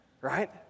Right